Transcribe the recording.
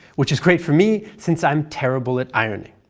which is great for me since i am terrible at ironing.